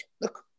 Look